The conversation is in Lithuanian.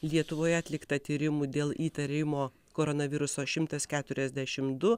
lietuvoje atlikta tyrimų dėl įtarimo koronaviruso šimtas keturiasdešim du